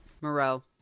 Moreau